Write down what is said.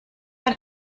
eine